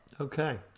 okay